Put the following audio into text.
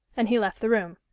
and he left the room.